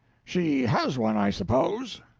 she has one, i suppose?